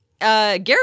Gary